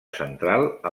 central